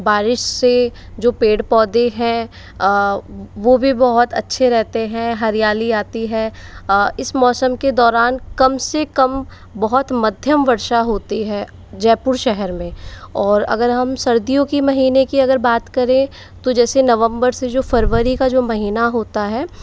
बारिश से जो पेड़ पौधे हैं वह भी बहुत अच्छे रहते हैं हरियाली आती है इस मौसम के दौरान कम से कम बहुत मध्यम वर्षा होती है जयपुर शहर में और अगर हम सर्दियों की महीने की अगर बात करें तो जैसे नवम्बर से जो फरवरी का जो महीना होता है